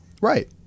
Right